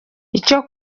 icyo